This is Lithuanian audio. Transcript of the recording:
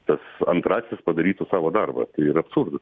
tas antrasis padarytų savo darbą tai yra absurdas